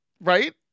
Right